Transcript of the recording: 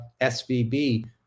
SVB